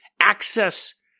access